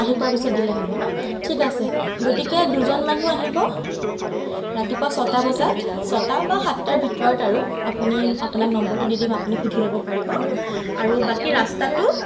আহি পোৱাৰ পিছত দিলে হ'ব ন ঠিক আছে গতিকে দুজন মানুহ আহিব ৰাতিপুৱা ছটা বজাত ছটা বা সাতটাৰ ভিতৰত আৰু আপুনি আপোনাক নম্বৰটো দি দিম আপুনি সুধি ল'ব পাৰিব আৰু বাকী ৰাস্তাটো